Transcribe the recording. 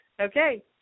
Okay